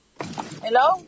Hello